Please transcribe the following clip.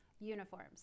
Uniforms